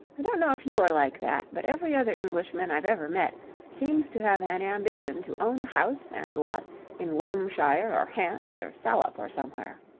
i don't know if you are like that, but every other englishman i've ever met seems to have an ambition to own a house and lot in loamshire or hants or salop or somewhere.